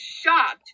shocked